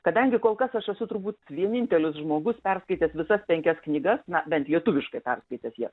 kadangi kol kas aš esu turbūt vienintelis žmogus perskaitęs visas penkias knygas na bent lietuviškai perskaitęs ją